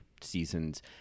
seasons